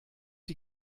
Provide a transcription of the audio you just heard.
die